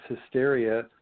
hysteria